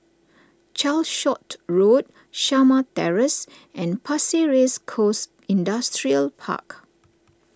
Calshot Road Shamah Terrace and Pasir Ris Coast Industrial Park